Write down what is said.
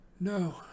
No